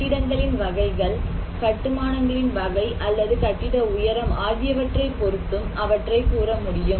கட்டிடங்களின் வகைகள் கட்டுமானங்களின் வகை அல்லது கட்டிட உயரம் ஆகியவற்றை பொருத்தும் அவற்றை கூற முடியும்